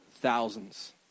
thousands